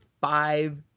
five